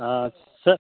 ஆ sir